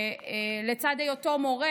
לצד היותו מורה,